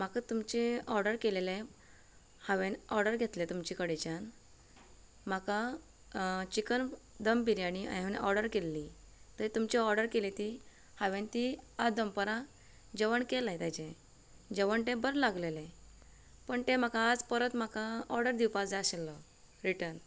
म्हाका तुमचें ऑर्डर केलेले हांवेन ऑर्डर घेतले तुमचें कडेच्यान म्हाका चिकन दम बिर्याणी ऑर्डर हांवे केल्ली तर तुमची ऑर्डर केल्ली ती हांवेन ती आयज दनपरां जेवण केलें तेचें जेवण ते बरें लागलेले पण तें म्हाका आज परत म्हाका ऑर्डर दिवपाक जाय आसलो रिटर्न